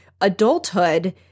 adulthood